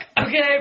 Okay